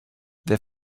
their